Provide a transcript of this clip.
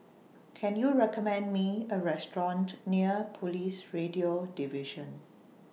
Can YOU recommend Me A Restaurant near Police Radio Division